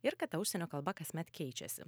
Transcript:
ir kad ta užsienio kalba kasmet keičiasi